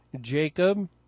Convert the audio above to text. Jacob